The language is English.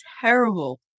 terrible